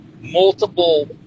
Multiple